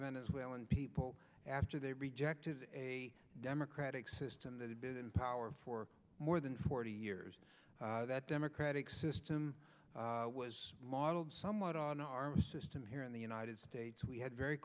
venezuelan people after they rejected a democratic system that had been in power for more than forty years that democratic system was modeled somewhat on our system here in the united states we had very